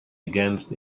against